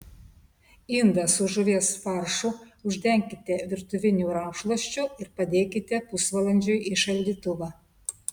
indą su žuvies faršu uždenkite virtuviniu rankšluosčiu ir padėkite pusvalandžiui į šaldytuvą